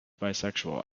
bisexual